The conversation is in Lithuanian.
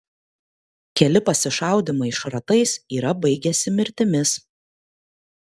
keli pasišaudymai šratais yra baigęsi mirtimis